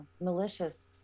malicious